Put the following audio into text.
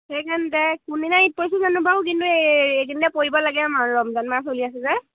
সেইকাৰণে কোনদিনা ইট পইছো জানো বাৰও কিন্তু এইদিনে পৰিব লাগে আম আৰু ৰমজনান মাৰ চলি আছে যে